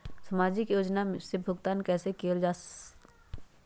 सामाजिक योजना से भुगतान कैसे कयल जाई?